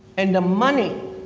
and the money